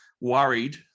worried